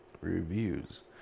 reviews